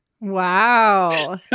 Wow